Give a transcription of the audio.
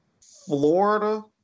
Florida